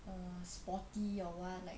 err sporty or [what] like